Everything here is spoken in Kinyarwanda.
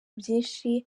byinshi